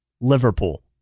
Liverpool